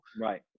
right